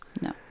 No